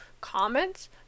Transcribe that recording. comments